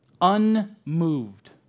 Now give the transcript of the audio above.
Unmoved